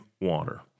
water